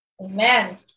Amen